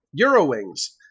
Eurowings